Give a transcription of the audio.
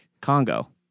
Congo